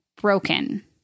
broken